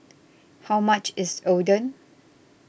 how much is Oden